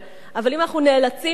אבל אם אנחנו נאלצים להילחם,